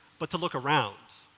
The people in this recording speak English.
but to look around.